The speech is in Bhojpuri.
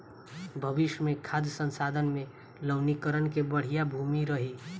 भविष्य मे खाद्य संसाधन में लवणीकरण के बढ़िया भूमिका रही